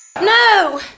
No